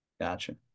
Gotcha